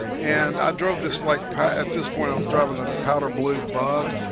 and i drove this like path at this point. i was driving a powder blue bug